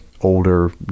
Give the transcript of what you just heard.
older